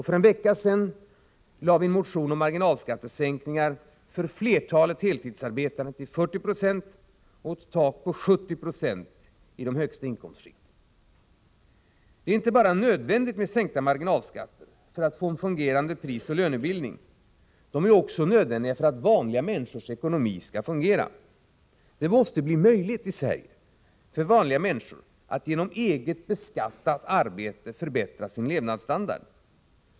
För en vecka sedan lade vi fram en motion om marginalskattesänkningar för flertalet heltidsarbetande till 40 96 med ett tak på 70 70 i de högsta inkomstskikten. Det är nödvändigt med sänkta marginalskatter inte bara för att få en fungerande prisoch lönebildning. De är också nödvändiga för att vanliga människors ekonomi skall fungera. Det måste bli möjligt i Sverige för vanliga människor att genom eget beskattat arbete förbättra sin levnadsstandard.